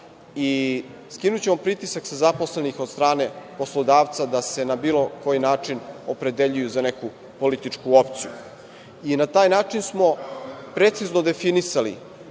i skinućemo pritisak sa zaposlenih od strane poslodavca da se na bilo koji način opredeljuju za neku političku opciju. Na taj način smo precizno definisali